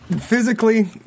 Physically